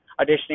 auditioning